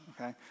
Okay